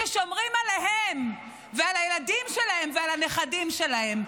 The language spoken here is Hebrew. ששומרים עליהם ועל הילדים שלהם ועל הנכדים שלהם.